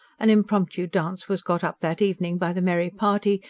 an impromptu dance was got up that evening by the merry party,